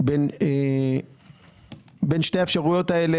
בין שתי האפשרויות האלה,